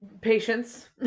patience